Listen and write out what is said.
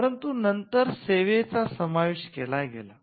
परंतु नंतर सेवांचा समावेश केला गेला